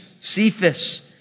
Cephas